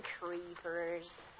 creepers